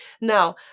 Now